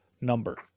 number